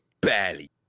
Barely